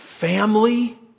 family